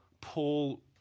Paul